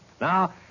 Now